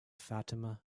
fatima